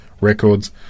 records